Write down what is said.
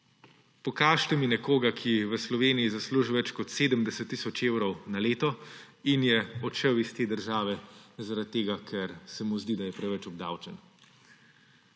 Pokažite mi nekoga, ki v Sloveniji zasluži več kot 70 tisoč evrov na leto in je odšel iz te države zaradi tega, ker se mu zdi, da je preveč obdavčen.